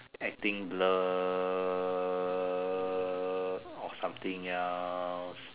acting blur or something else